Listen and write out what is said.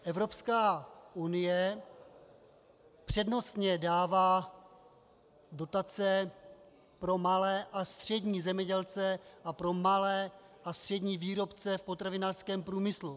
Evropská unie přednostně dává dotace pro malé a střední zemědělce a pro malé a střední výrobce v potravinářském průmyslu.